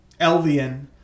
Elvian